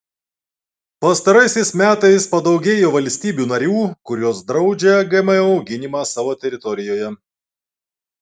pastaraisiais metais padaugėjo valstybių narių kurios draudžia gmo auginimą savo teritorijoje